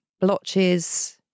blotches